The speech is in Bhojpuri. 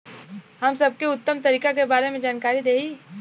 हम सबके उत्तम तरीका के बारे में जानकारी देही?